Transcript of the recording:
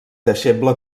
deixeble